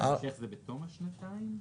זה בתום השנתיים?